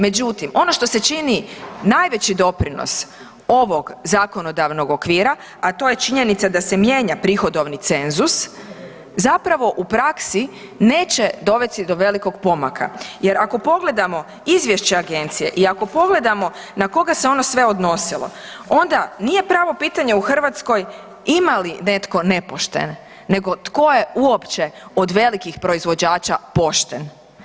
Međutim, ono što se čini najveći doprinos ovog zakonodavnog okvira, a to je činjenica da se mijenja prihodovni cenzus, zapravo u praksi neće dovesti do velikog pomaka jer ako pogledamo izvješća agencije i ako pogledamo na koga se ono sve odnosilo, onda nije pravo pitanje u Hrvatskoj ima li netko nepošten nego tko je uopće od velikih proizvođača pošten?